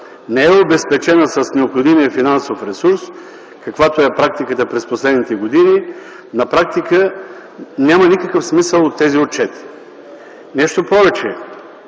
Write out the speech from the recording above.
не е обезпечена с необходимия финансов ресурс, каквато е практиката през последните години, на практика няма никакъв смисъл от тези отчети. Нещо повече –